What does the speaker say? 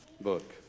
book